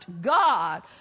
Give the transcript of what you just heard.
God